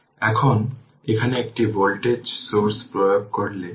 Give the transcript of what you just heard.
জানুন এটি কীভাবে পাচ্ছেন